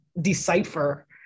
decipher